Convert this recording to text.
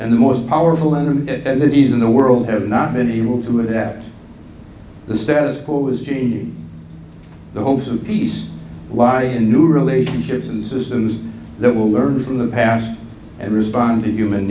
and the most powerful and that and that is in the world have not been able to have that the status quo is changing the hopes of peace lie in new relationships and systems that will learn from the past and respond to human